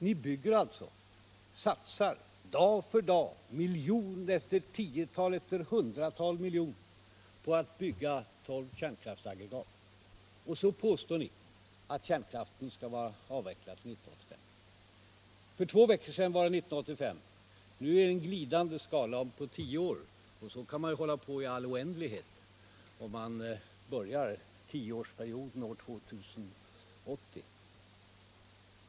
Ni satsar alltså dag för dag miljoner, i tiotal, i hundratal, på att bygga tolv kärnkraftsaggregat — och samtidigt påstår ni att kärnkraften skall vara avvecklad 1985. För två veckor sedan skulle den vara avvecklad 1985. Nu är det en glidande skala — ”om tio år”. Så kan man ju hålla på i all oändlighet, om man börjar tioårsperioden år 2080.